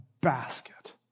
basket